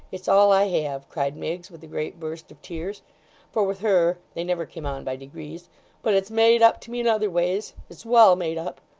it's all i have cried miggs with a great burst of tears for with her they never came on by degrees but it's made up to me in other ways it's well made up